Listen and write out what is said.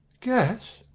gas!